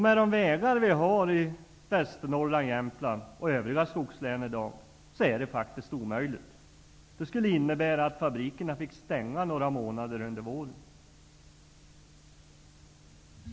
Med de vägar som vi har i Västernorrland, Jämtland och övriga skogslän i dag är detta faktiskt omöjligt. Det skulle innebära att fabrikerna fick stänga några månader under våren.